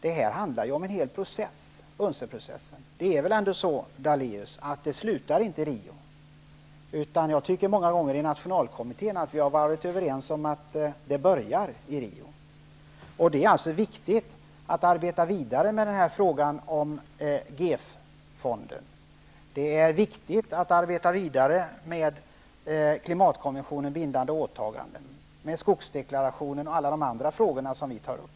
Det rör sig ju om en hel process, UNCED-processen. Det är väl ändå så, Lennart Daléus, att det inte slutar i Rio. I nationalkommittén har vi många gånger varit överens om att det börjar i Rio. Det är viktigt att arbeta vidare med frågan om GEF-fonden. Det är viktigt att arbeta vidare med klimatkonventionen, bindande åtaganden, skogsdeklarationen och alla de andra frågorna som vi tar upp.